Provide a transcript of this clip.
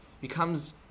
becomes